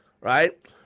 Right